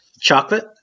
Chocolate